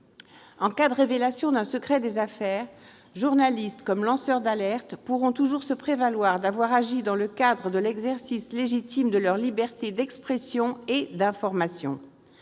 En cas de révélation d'un secret des affaires, journalistes comme lanceurs d'alerte pourront toujours se prévaloir d'avoir agi dans le cadre de l'exercice légitime de leur liberté d'expression et d'information.